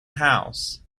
house